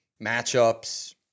matchups